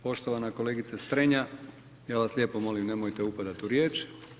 Poštovana kolegice Strenja ja vas lijepo molim nemojte upadati u riječ.